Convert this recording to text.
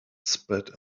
spread